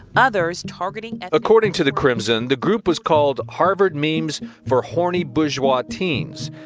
others targeting. according to the crimson, the group was called harvard memes for horny bourgeois teens.